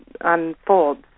unfolds